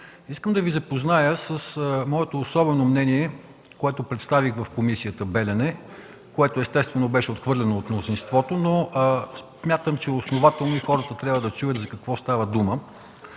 Искам да Ви запозная с моето особено мнение, което представих в комисията „Белене”, което естествено беше отхвърлено от мнозинството, но смятам, че е основателно и хората трябва да чуят за какво става дума.